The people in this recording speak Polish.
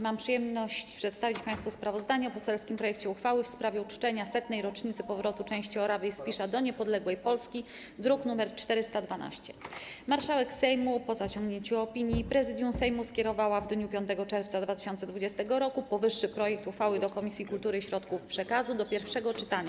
Mam przyjemność przedstawić państwu sprawozdanie o poselskim projekcie uchwały w sprawie uczczenia 100. rocznicy powrotu części Orawy i Spisza do niepodległej Polski, druk nr 412. Marszałek Sejmu, po zasięgnięciu opinii Prezydium Sejmu, skierowała w dniu 5 czerwca 2020 r. powyższy projekt uchwały do Komisji Kultury i Środków Przekazu do pierwszego czytania.